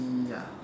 mm ya